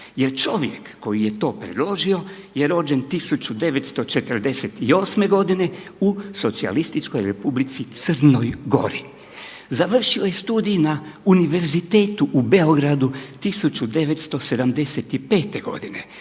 jer čovjek koji je to predložio je rođen 1948. godine u Socijalističkoj Republici Crnoj Gori. Završio je studij na Univerzitetu u Beogradu 1975. godine,